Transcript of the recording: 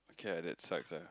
okay ah that sucks ah